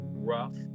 rough